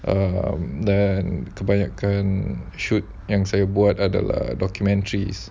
um dan kebanyakan shot yang saya buat adalah documentaries